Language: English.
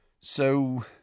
So